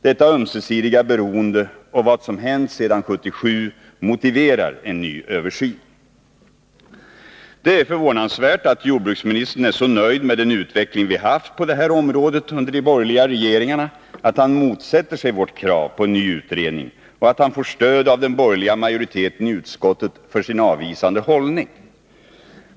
Detta ömsesidiga beroende och vad som hänt sedan 1977 motiverar en ny översyn. Det är förvånansvärt att jordbruksministern är så nöjd med den utveckling vi haft på det här området under de borgerliga regeringarna att han motsätter sig vårt krav på en ny utredning och att han får stöd av den borgerliga majoriteten i utskottet för sin avvisande hållning.